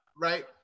right